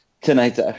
Tonight's